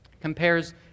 compares